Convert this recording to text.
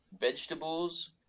vegetables